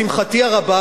לשמחתי הרבה,